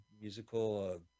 musical